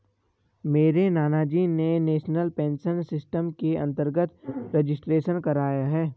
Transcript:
मेरे नानाजी ने नेशनल पेंशन सिस्टम के अंतर्गत रजिस्ट्रेशन कराया है